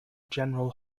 general